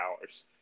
hours